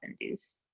induced